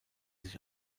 sich